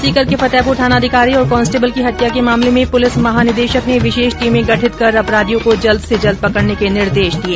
सीकर के फतेहपुर थानाधिकारी और कॉन्स्टेबल की हत्या के मामले में पुलिस महानिदेशक ने विशेष टीमें गठित कर अपराधियों को जल्द से जल्द पकड़ने के निर्देश दिए